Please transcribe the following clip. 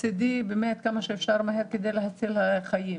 מצד אחד, מצידי כמה שיותר מהר כדי להציל חיים.